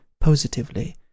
positively